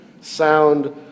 sound